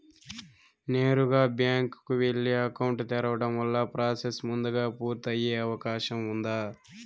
నేరుగా బ్యాంకు కు వెళ్లి అకౌంట్ తెరవడం వల్ల ప్రాసెస్ ముందుగా పూర్తి అయ్యే అవకాశం ఉందా?